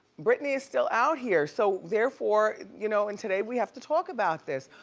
britney is still out here so therefore you know in today we have to talk about this.